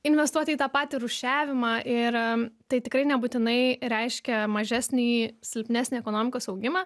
investuoti į tą patį rūšiavimą ir tai tikrai nebūtinai reiškia mažesnį silpnesnį ekonomikos augimą